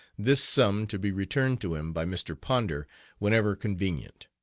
this sum to be returned to him by mr. ponder whenever convenient.